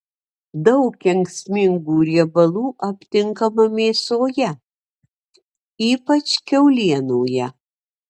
daug kenksmingų riebalų aptinkama mėsoje ypač kiaulienoje